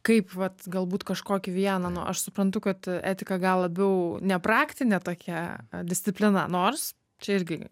kaip vat galbūt kažkokį vieną nu aš suprantu kad etika gal labiau ne praktinė tokia disciplina nors čia irgi